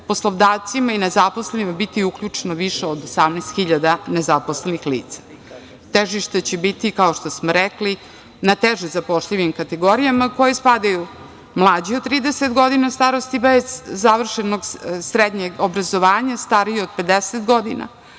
poslodavcima i nezaposlenima biti uključeno više od 18 hiljada nezaposlenih lica. Težište će biti, kao što sam rekla, na teže zapošljivim kategorijama u koje spadaju mlađi od 30 godina starosti bez završenog srednjeg obrazovanja, stariji od 50 godina,